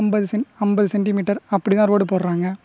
ஐம்பது சென் ஐம்பது சென்டிமீட்டர் அப்படி தான் ரோடு போடுறாங்க